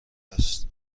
است